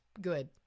good